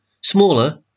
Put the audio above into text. smaller